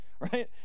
right